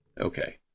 Okay